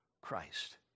Christ